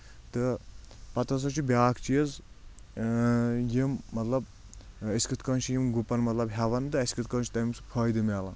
تہٕ پَتہٕ ہسا چھُ بیاکھ چیٖز یِم مطلب أسۍ کِتھ کٲنۍ چھِ یِم گُپَن مطلب ہؠوَان تہٕ اَسہِ کِتھ کٲنۍ چھِ تٔمۍ سُنٛد فٲیدٕ مِلان